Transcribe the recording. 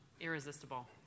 irresistible